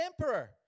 emperor